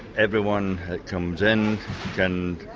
everyone who comes in can